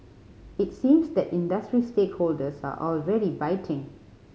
it seems that industry stakeholders are already biting